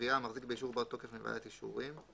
הגבייה המחזיק באישור בר תוקף מוועדת אישורים.